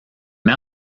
met